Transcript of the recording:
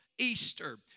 Easter